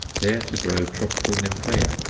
there to grow tropical nymphaea,